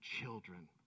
children